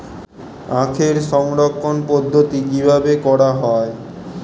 আখের সংরক্ষণ পদ্ধতি কিভাবে করা হয়?